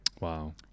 Wow